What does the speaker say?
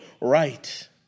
right